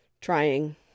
Trying